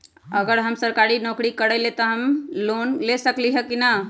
अगर हम सरकारी नौकरी करईले त हम लोन ले सकेली की न?